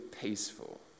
peaceful